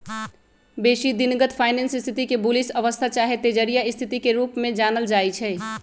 बेशी दिनगत फाइनेंस स्थिति के बुलिश अवस्था चाहे तेजड़िया स्थिति के रूप में जानल जाइ छइ